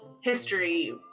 history